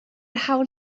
hawl